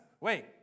wait